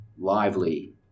lively